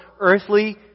Earthly